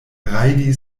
rajdi